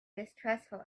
distrustful